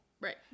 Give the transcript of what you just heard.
Right